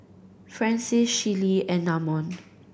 Francies Shelli and Namon